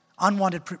Unwanted